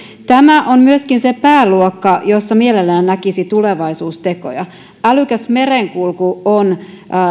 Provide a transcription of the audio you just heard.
tämä on myöskin se pääluokka jossa mielellään näkisi tulevaisuustekoja älykäs merenkulku on